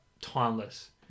timeless